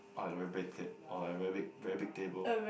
or like very big or like very big very big table